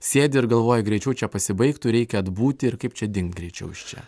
sėdi ir galvoji greičiau čia pasibaigtų reikia atbūti ir kaip čia dingt greičiau iš čia